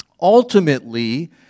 ultimately